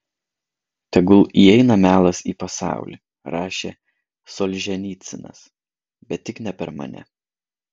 tegul įeina melas į pasaulį rašė solženicynas bet tik ne per mane